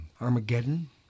Armageddon